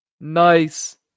nice